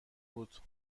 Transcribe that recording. بود